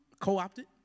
co-opted